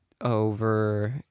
over